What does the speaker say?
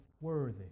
worthy